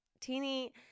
Teeny